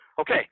Okay